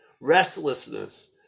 restlessness